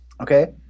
Okay